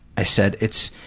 i said, it's,